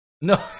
No